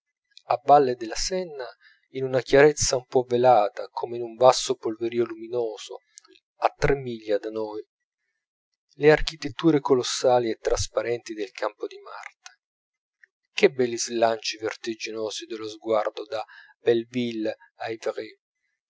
a valle della senna in una chiarezza un po velata come in un vasto polverio luminoso a tre miglia da noi le architetture colossali e trasparenti del campo di marte che belli slanci vertiginosi dello sguardo da belleville a